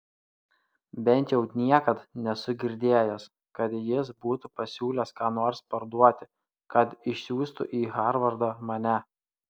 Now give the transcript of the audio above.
bent jau niekad nesu girdėjęs kad jis būtų pasiūlęs ką nors parduoti kad išsiųstų į harvardą mane